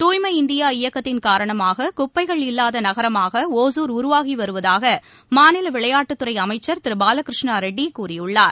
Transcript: தூய்மை இந்தியா இயக்கத்தின் காரணமாககுப்பைகள் இல்லாதநகரமாகஒசூர் உருவாகிவருவதாகமாநிலவிளையாட்டுத் துறைஅமைச்சர் திருபாலகிருஷ்ணரெட்டிகூறியுள்ளார்